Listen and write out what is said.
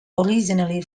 originally